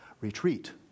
retreat